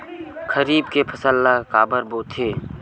खरीफ के फसल ला काबर बोथे?